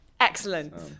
Excellent